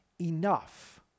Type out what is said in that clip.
enough